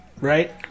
Right